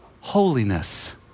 holiness